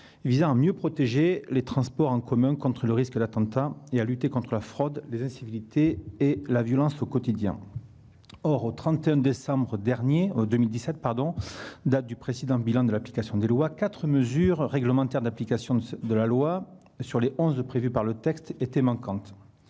visant à mieux protéger les transports en commun contre le risque d'attentats, et à lutter contre la fraude, les incivilités et la violence au quotidien. Or, au 31 décembre 2017, date du précédent bilan de l'application des lois, 4 mesures réglementaires d'application de la loi, sur les 11 prévues par le texte, étaient manquantes.